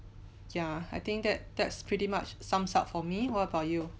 yeah I think that that's pretty much sums up for me what about you